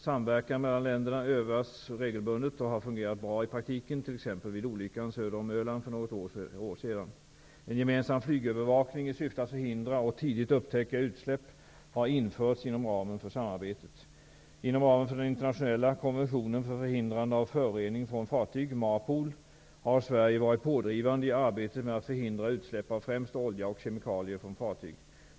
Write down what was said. Samverkan mellan länderna övas regelbundet och har fungerat bra i praktiken, t.ex. vid olyckan söder om Öland för något år sedan. En gemensam flygövervakning i syfte att förhindra och tidigt upptäcka utsläpp har införts inom ramen för samarbetet. MARPOL, har Sverige varit pådrivande i arbetet med att förhindra utsläpp av främst olja och kemikalier från fartyg.